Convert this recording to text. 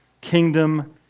kingdom